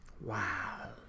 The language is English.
Wow